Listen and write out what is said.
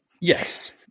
Yes